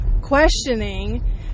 questioning